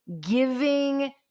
giving